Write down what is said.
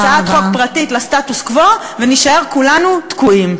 מהצעת חוק פרטית לסטטוס-קוו, ונישאר כולנו תקועים.